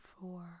four